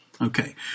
Okay